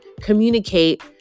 communicate